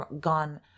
gone